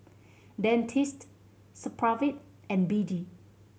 Dentiste Supravit and B D